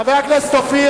חבר הכנסת אופיר